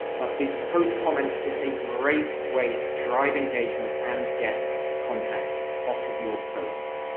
but the post comments is a great way to drive engagement and get contacts off of your posts.